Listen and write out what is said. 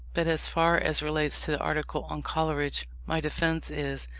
but as far as relates to the article on coleridge, my defence is,